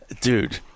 Dude